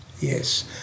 Yes